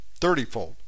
thirtyfold